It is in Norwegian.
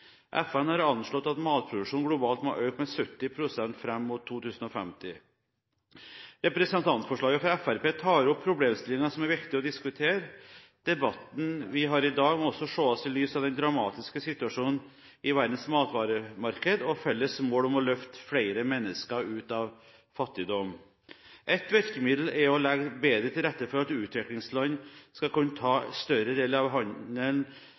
FN har anslått at matproduksjonen globalt må øke med 70 pst. fram mot 2050. Representantforslaget fra Fremskrittspartiet tar opp problemstillinger som er viktige å diskutere. Debatten vi har i dag, må også ses i lys av den dramatiske situasjonen i verdens matvaremarked og felles mål om å løfte flere mennesker ut av fattigdom. Et virkemiddel er å legge bedre til rette for at utviklingsland skal kunne ta større del i handelen